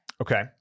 okay